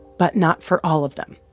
but not for all of them.